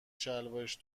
شلوارش